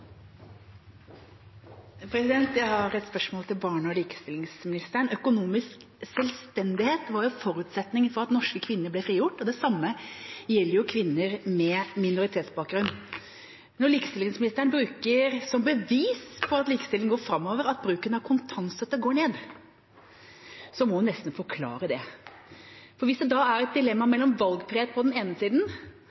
Jeg har et spørsmål til barne- og likestillingsministeren. Økonomisk selvstendighet var en forutsetning for at norske kvinner ble frigjort. Det samme gjelder kvinner med minoritetsbakgrunn. Når likestillingsministeren bruker som bevis på at likestillingen går framover at bruken av kontantstøtte går ned, må hun nesten forklare det. Hvis det er et dilemma